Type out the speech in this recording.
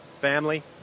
family